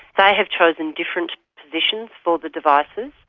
but have chosen different positions for the devices.